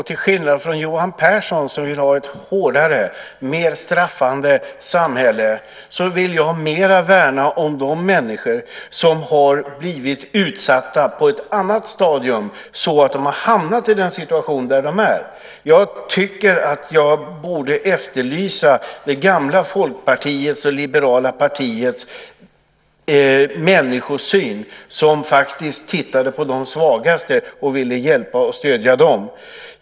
Till skillnad från Johan Pehrson som vill ha ett hårdare och mer straffande samhälle vill jag mer värna om de människor som har blivit utsatta på ett annat stadium så att de har hamnat i den situation där de är. Jag efterlyser det gamla Folkpartiets och det liberala partiets människosyn där man faktiskt såg till de svagaste och ville hjälpa och stödja dem.